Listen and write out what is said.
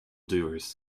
doers